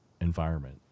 environment